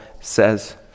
says